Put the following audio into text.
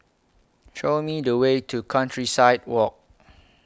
Show Me The Way to Countryside Walk